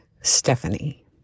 Stephanie